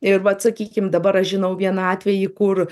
ir vat sakykim dabar aš žinau vieną atvejį kur